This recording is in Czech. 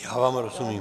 Já vám rozumím.